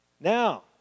Now